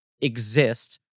exist